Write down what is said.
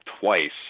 twice